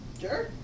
Sure